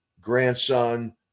grandson